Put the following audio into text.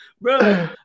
bro